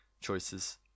choices